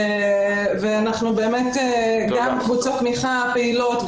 אנחנו עושים גם קבוצות תמיכה פעילות,